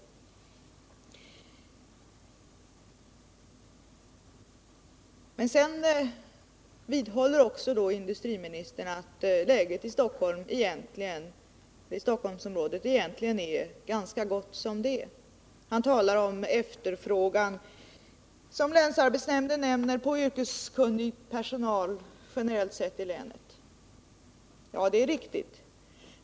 Sedan vidhåller industriministern att läget i Stockholmsområdet egentligen är ganska gott som det är. Han talar om efterfrågan — som länsarbetsnämnden nämner — på yrkeskunnig personal generellt sett i länet. Ja, det är riktigt.